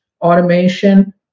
automation